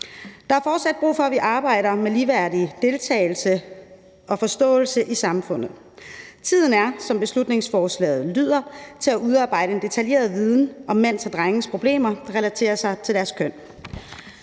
Der er fortsat brug for, at vi arbejder med ligeværdig deltagelse og forståelse i samfundet. Tiden er, som beslutningsforslaget lyder, til at udarbejde en detaljeret viden om mænds og drenges problemer, der relaterer sig til deres køn.